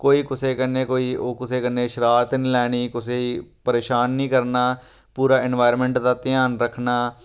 कोई कुसै कन्नै कोई ओह् कुसै कन्नै शरारत नी लैनी कुसै ई परेशान नी करना पूरा एनवारयरनमेंट दा ध्यान रक्खना